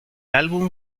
álbum